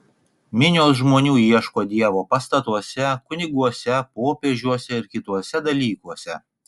minios žmonių ieško dievo pastatuose kuniguose popiežiuose ir kituose dalykuose